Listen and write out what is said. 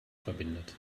verbindet